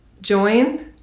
Join